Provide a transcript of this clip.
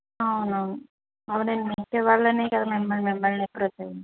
అవునవును అవునండి మీకు ఇవ్వాలి అనే కదా మేము మిమ్మల్ని అప్రోచ్ అయ్యింది